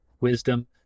wisdom